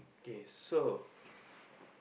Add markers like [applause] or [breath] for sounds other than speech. okay so [breath]